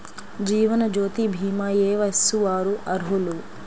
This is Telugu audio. జీవనజ్యోతి భీమా ఏ వయస్సు వారు అర్హులు?